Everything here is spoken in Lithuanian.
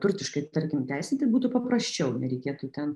turtiškai tarkim teisinti būtų paprasčiau nereikėtų ten